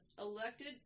elected